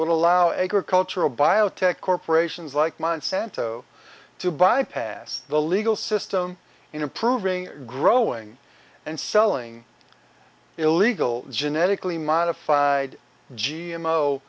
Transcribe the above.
would allow agricultural biotech corporations like monsanto to bypass the legal system in approving growing and selling illegal genetically modified g m o